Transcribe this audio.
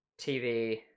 tv